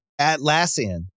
Atlassian